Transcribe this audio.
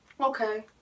okay